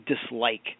dislike